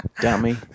dummy